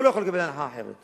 הוא לא יכול לקבל הנחה אחרת.